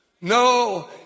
No